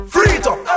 Freedom